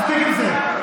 מספיק עם זה.